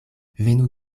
venu